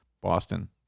Boston